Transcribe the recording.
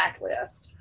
backlist